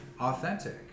authentic